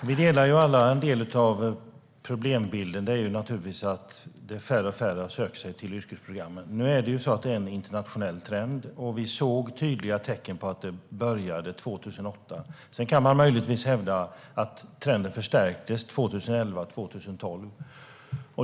Herr talman! Vi delar alla en del av problembilden, att allt färre söker sig till yrkesprogrammen. Det är en internationell trend, och vi såg tydliga tecken på att den började 2008. Sedan kan man möjligtvis hävda att trenden förstärktes 2011 och 2012.